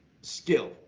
skill